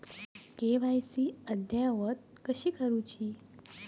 KYC अद्ययावत कशी करुची?